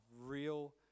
real